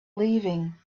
leaving